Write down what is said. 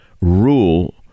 rule